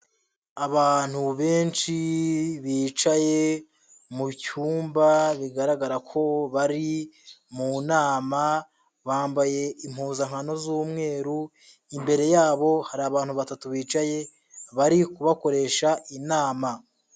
Abantu benshi bicaye mu cyumba bigaragara ko bari mu nama bambaye impuzankano z'umweru, imbere yabo hari abantu batatu bicaye bari kubakoresha inama.